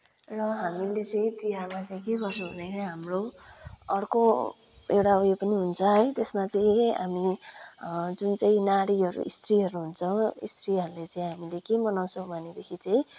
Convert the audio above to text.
र हामीले चाहिँ तिहारमा चाहिँ के गर्छौँ भन्दाखेरि चाहिँ हाम्रो अर्को एउटा उयो पनि हुन्छ है त्यसमा चाहिँ हामी जुन चाहिँ नारीहरू स्त्रीहरू हुन्छौँ स्त्रीहरूले चाहिँ हामीले के मनाउँछौँ भनेदेखि चाहिँ